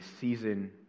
season